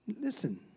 Listen